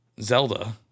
Zelda